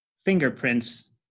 fingerprints